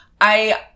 I-